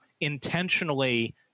intentionally